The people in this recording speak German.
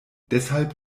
deshalb